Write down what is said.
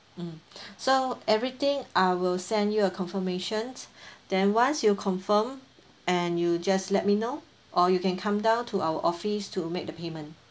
mm so everything I will send you a confirmation then once you confirm and you just let me know or you can come down to our office to make the payment